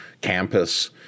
campus